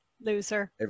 Loser